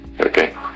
Okay